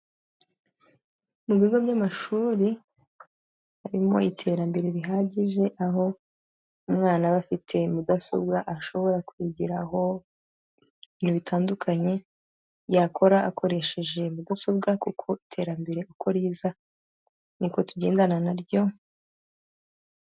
Mu bigo by'amashuri, harimo iterambere rihagije, aho umwana aba afite mudasobwa ashobora kwigiraho ibintu bitandukanye yakora akoresheje mudasobwa kuko iterambere uko riza niko tugendanana na ryo...